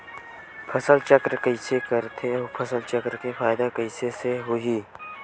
फसल चक्र कइसे करथे उ फसल चक्र के फ़ायदा कइसे से होही?